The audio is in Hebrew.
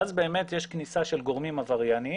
ואז באמת יש כניסה של גורמים עברייניים.